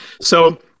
So-